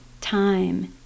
time